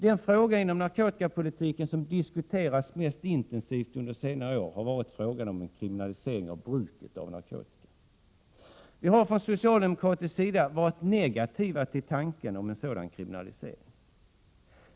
Den fråga inom narkotikapolitiken som har diskuterats mest intensivt under senare år har varit frågan om en kriminalisering av bruket av narkotika. Vi har från socialdemokratisk sida varit negativa till tanken på en sådan kriminalisering.